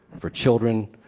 for children,